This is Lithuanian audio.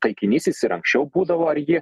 taikinys jis ir anksčiau būdavo ar ji